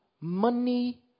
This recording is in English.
money